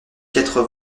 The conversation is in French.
quatre